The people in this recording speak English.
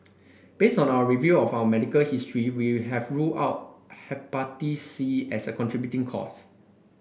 based on our review of our medical history we have ruled out Hepatitis C as a contributing cause